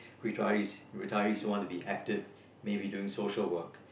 retirees retirees who want to be active maybe doing social work